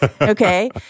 Okay